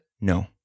No